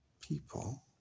people